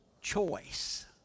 choice